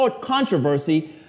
controversy